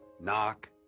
Knock